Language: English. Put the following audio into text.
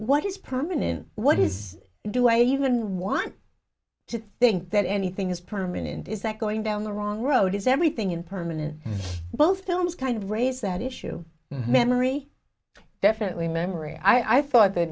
what is permanent what is do i even want to think that anything is permanent is that going down the wrong road is everything in permanent both films kind of raise that issue memory definitely memory i thought tha